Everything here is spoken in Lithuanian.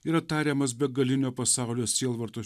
yra tariamas begalinio pasaulio sielvarto